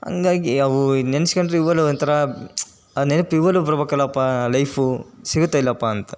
ಹಂಗಾಗಿ ಅವು ನೆನ್ಸ್ಕಂಡ್ರೆ ಇವಾಗ್ಲೂ ಒಂಥರ ಆ ನೆನಪು ಇವಾಗ್ಲೂ ಬರಬೇಕಲ್ಲಪ್ಪ ಲೈಫು ಸಿಗುತ್ತ ಇಲ್ಲಪ್ಪ ಅಂತ